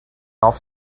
off